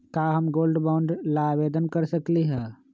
का हम gold bond ला आवेदन कर सकली ह?